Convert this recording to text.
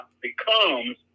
becomes